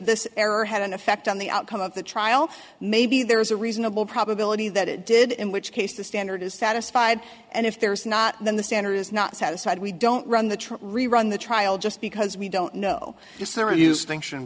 this error had an effect on the outcome of the trial maybe there is a reasonable probability that it did in which case the standard is satisfied and if there is not then the standard is not satisfied we don't run the trial rerun the trial just because we don't know if there is t